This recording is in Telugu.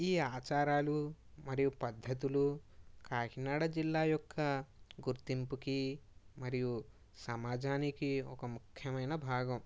ఈ ఆచారాలు మరియు పద్ధతులు ఈ కాకినాడ జిల్లా యొక్క గుర్తింపుకి మరియు సమాజానికి ఒక ముఖ్యమైన భాగం